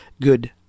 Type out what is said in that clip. good